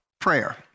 prayer